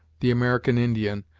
the american indian,